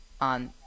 on